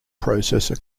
processor